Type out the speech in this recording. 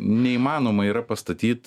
neįmanoma yra pastatyt